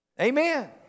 Amen